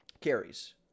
carries